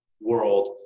world